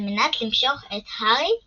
על מנת למשוך את הארי לשם.